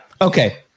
okay